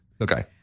Okay